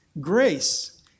grace